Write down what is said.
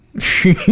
she,